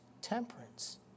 temperance